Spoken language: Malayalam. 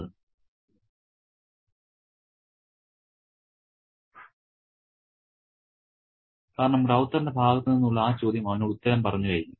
അവന്റെ ആത്മാവ് വീണ്ടും പൂക്കാൻ തുടങ്ങുന്നു കാരണം റൌത്തറിന്റെ ഭാഗത്തുനിന്നുള്ള ആ ചോദ്യം അവനോട് ഉത്തരം പറഞ്ഞുകഴിഞ്ഞു